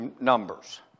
Numbers